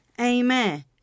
Amen